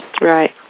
Right